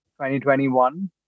2021